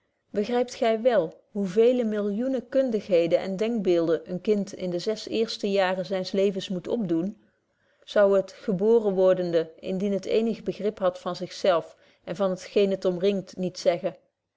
begrypt gy wél hoe veele millioenen kundigheden en denkbeelden een kind in de zes eerste jaaren zyns levens moet opdoen zou het geboren wordende indien het eenig begrip hadt van zich zelf en van t geen het omringt niet zeggen